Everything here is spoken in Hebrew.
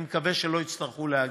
אני מקווה שלא יצטרכו להגיע,